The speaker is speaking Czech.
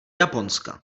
japonska